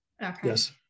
Yes